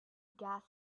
gas